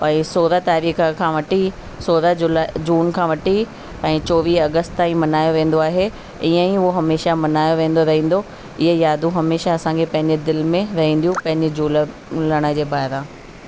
ऐं सोरहं तारीख़ खां वठी सोरहं जुला जून खां वठी ऐं चोवीह अगस्त ताईं मल्हायो वेंदो आहे इअं ई हो हमेशह मल्हायो वेंदो रहंदो इअं यादू हमेशह असांखे पंहिंजे दिलि में रहंदियूं पंहिंजे झू झूलण जे पारां